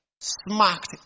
smacked